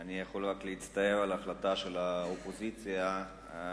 שאני יכול רק להצטער על ההחלטה של האופוזיציה שהם